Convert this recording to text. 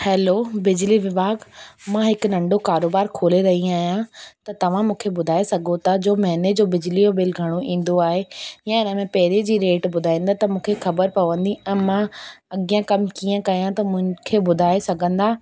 hello बिजली विभाॻ मां हिकु नंढो कारोबारु खोले रही आहियां त तव्हां मूंखे ॿुधाए सघो था जो महीने जो बिजलीअ जो बिल घणो ईंदो आहे या इनमें पहिरीं जी रेट ॿुधाईंदा त मूंखे ख़बरु पवंदी ऐं मां अॻियां कमु कीअं कयां त मूंखे ॿुधाए सघंदा